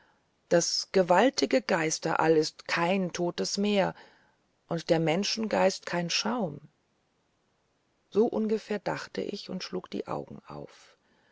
das gewaltige geisterall ist kein totes meer und der menschengeist kein schaum so ungefähr dachte ich und schlug die augen auf